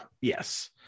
Yes